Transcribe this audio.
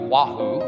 Wahoo